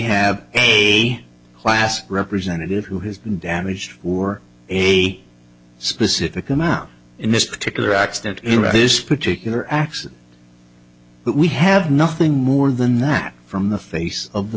have a class representative who has been damaged or a specific amount in this particular acts that this particular acts but we have nothing more than that from the face of the